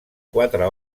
quatre